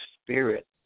Spirit